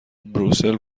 بروسل